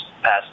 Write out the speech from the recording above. passed